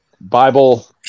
Bible